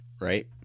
Right